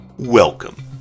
Welcome